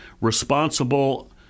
responsible